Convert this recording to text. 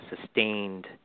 sustained